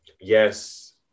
yes